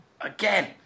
Again